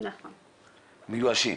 והם מיואשים.